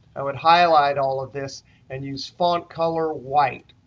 i would highlight all of this and use font color white.